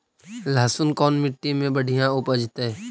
लहसुन कोन मट्टी मे बढ़िया उपजतै?